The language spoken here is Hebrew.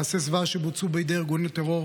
מעשי זוועה שבוצעו בידי ארגון טרור